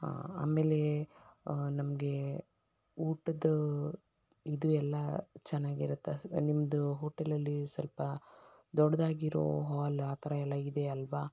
ಹಾಂ ಆಮೇಲೆ ನಮಗೆ ಊಟದ ಇದು ಎಲ್ಲ ಚೆನ್ನಾಗಿರುತ್ತಾ ನಿಮ್ಮದು ಹೋಟೆಲಲ್ಲಿ ಸ್ವಲ್ಪ ದೊಡ್ಡದಾಗಿರೋ ಹಾಲ್ ಆ ಥರ ಎಲ್ಲ ಇದೆ ಅಲ್ಲವಾ